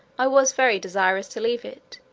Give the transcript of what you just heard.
i was very desirous to leave it,